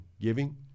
Giving